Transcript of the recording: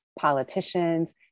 politicians